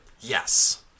Yes